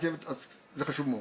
אז זה חשוב מאוד.